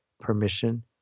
permission